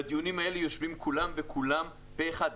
בדיונים האלה יושבים כולם, וכולם פה אחד.